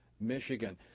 Michigan